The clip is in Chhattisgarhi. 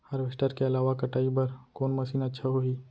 हारवेस्टर के अलावा कटाई बर कोन मशीन अच्छा होही?